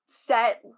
Set